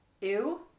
Ew